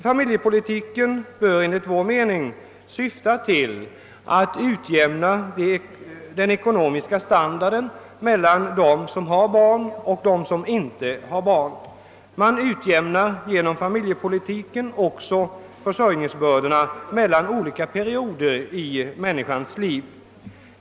Familjepolitiken bör enligt vår mening syfta till att utjämna den ekonomiska standarden mellan dem som har barn och dem som inte har barn. Man utjämnar genom familjepolitiken också försörjningsbördorna mellan olika perioder i människans liv.